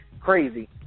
crazy